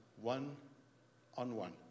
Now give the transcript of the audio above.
one-on-one